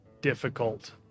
difficult